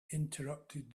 interrupted